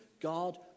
God